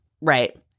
Right